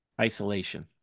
isolation